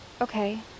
Okay